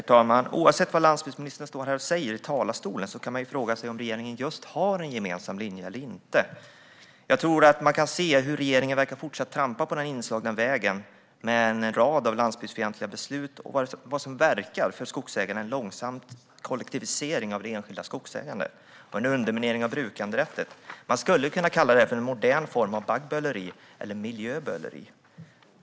Herr talman! Oavsett vad landsbygdsministern säger här i talarstolen kan man fråga sig om regeringen har en gemensam linje eller inte. Regeringen fortsätter att trampa på den inslagna vägen med en rad landsbygdsfientliga beslut och med det som för skogsägarna verkar vara en långsam kollektivisering av det enskilda skogsägandet och en underminering av brukanderätten. Man skulle kunna kalla det för en modern form av baggböleri eller miljöböleri.